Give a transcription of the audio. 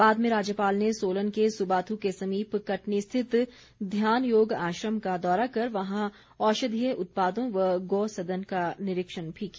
बाद में राज्यपाल ने सोलन के सुबाथु के समीप कटनी स्थित ध्यानयोग आश्रम का दौरा कर वहां औषधीय उत्पादों व गौ सदन का निरीक्षण भी किया